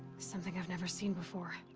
something i've never seen before.